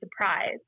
surprise